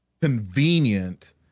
convenient